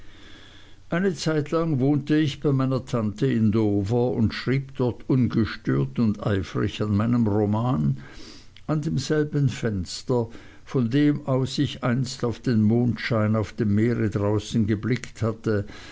eine zeitlang wohnte ich bei meiner tante in dover und schrieb dort ungestört und eifrig an meinem roman an demselben fenster von dem aus ich einst auf den mondschein auf dem meere draußen geblickt hatte